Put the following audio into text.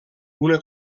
una